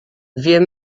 wir